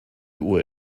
uhr